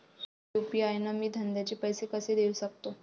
UPI न मी धंद्याचे पैसे कसे देऊ सकतो?